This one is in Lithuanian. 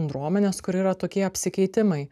bendruomenės kur yra tokie apsikeitimai